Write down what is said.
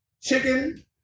chicken